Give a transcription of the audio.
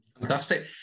Fantastic